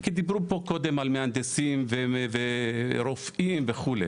כי דיברו פה קודם על מהנדסים ורופאים וכו'.